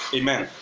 Amen